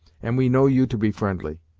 and we know you to be friendly.